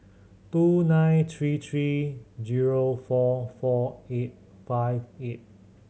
two nine three three zero four four eight five eight